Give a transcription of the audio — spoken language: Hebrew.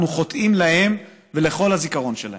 אנחנו חוטאים להם ולכל הזיכרון שלהם.